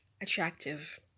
attractive